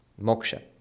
Moksha